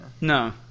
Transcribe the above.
No